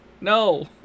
No